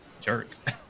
jerk